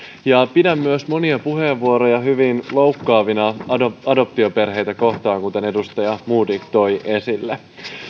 pidän myös monia puheenvuoroja hyvin loukkaavina adoptioperheitä kohtaan kuten edustaja modig toi esille